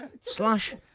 Slash